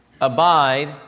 Abide